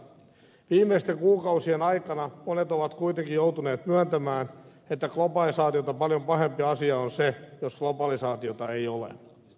viimeisten kuukausien aikana monet ovat kuitenkin joutuneet myöntämään että globalisaatiota paljon pahempi asia on se jos globalisaatiota ei ole